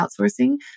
outsourcing